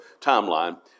timeline